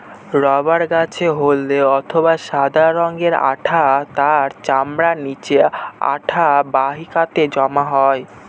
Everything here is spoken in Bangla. রবার গাছের হল্দে অথবা সাদা রঙের আঠা তার চামড়ার নিচে আঠা বাহিকাতে জমা হয়